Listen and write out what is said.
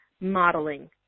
modeling